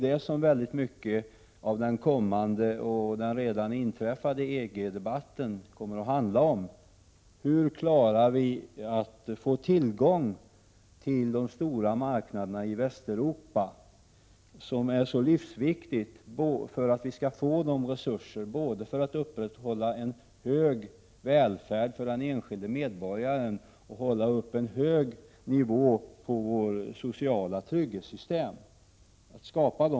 Den fortsatta EG-debatten kommer i mycket att handla om hur vi kan få tillgång till de stora marknaderna i Västeuropa, som är livsviktiga för att vi skall få resurser både för att upprätthålla en hög välfärd för den enskilde medborgaren och för att hålla uppe en hög nivå på vårt sociala trygghetssystem.